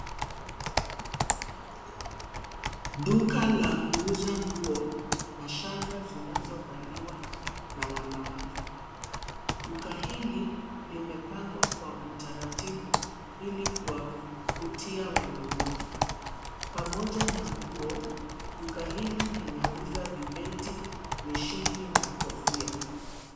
Duka la kuuza nguo na shanga zinazovaliwa na wanawake. Duka hili limepangwa kwa utaratibu ilikuwavutia wanunuzi. Pamoja na nguo, duka hili linauza vibeti, mishipi na kofia.